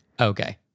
Okay